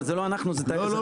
אבל זה לא אנחנו, זה רשות המים.